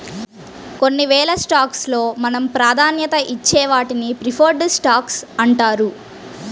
కొన్ని వేల స్టాక్స్ లో మనం ప్రాధాన్యతనిచ్చే వాటిని ప్రిఫర్డ్ స్టాక్స్ అంటారు